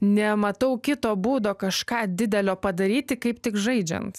nematau kito būdo kažką didelio padaryti kaip tik žaidžiant